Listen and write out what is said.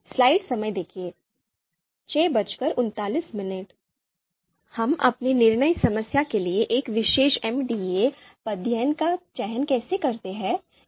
अब हम अपनी निर्णय समस्या के लिए एक विशेष एमसीडीए पद्धति का चयन कैसे करते हैं